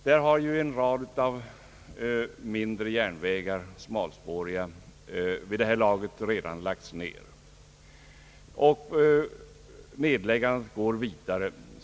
Där har en rad mindre, smalspåriga järnvägar vid det här laget redan lagts ned, och nedläggandet går vidare.